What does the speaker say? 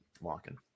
walking